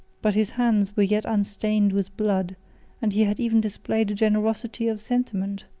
but his hands were yet unstained with blood and he had even displayed a generosity of sentiment,